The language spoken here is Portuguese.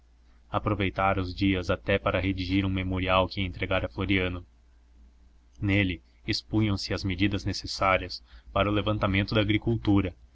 aproveitara os dias até para redigir um memorial que ia entregar a floriano nele expunham se as medidas necessárias para o levantamento da agricultura